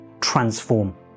transform